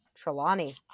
Trelawney